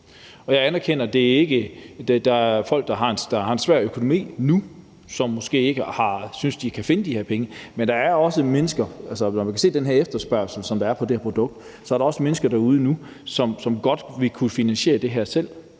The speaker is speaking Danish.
Jeg anerkender, at der er folk, der har en svær økonomi nu, og som måske ikke synes, de kan finde de her penge, men der er også mennesker derude nu – når man kan se den her